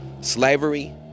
slavery